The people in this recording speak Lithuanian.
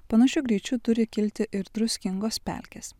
panašiu greičiu turi kilti ir druskingos pelkės